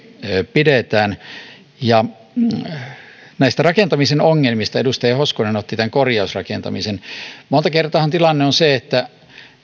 pidetään näistä rakentamisen ongelmista edustaja hoskonen otti tämän korjausrakentamisen esille monta kertaahan tilanne on se että